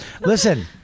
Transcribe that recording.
Listen